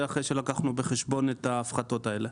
זה אחרי שלקחנו בחשבון את ההפחתות האלה.